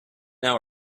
now